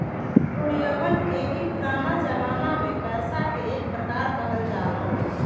कौडियवन के भी पुराना जमाना में पैसा के एक प्रकार कहल जा हलय